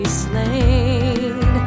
slain